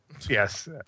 Yes